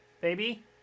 Baby